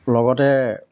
লগতে